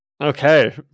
Okay